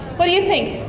what do you think?